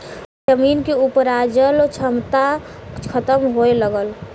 जमीन के उपराजल क्षमता खतम होए लगल